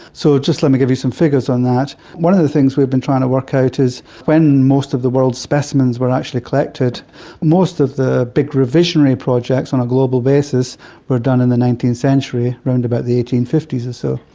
so just let me give you some figures on that. one of the things we've been trying to work out is when most of the world's specimens were actually collected most of the big revisionary projects on a global basis were done in the nineteenth century, around about the eighteen fifty s or so.